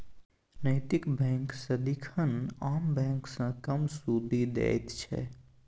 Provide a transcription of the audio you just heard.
नैतिक बैंक सदिखन आम बैंक सँ कम सुदि दैत छै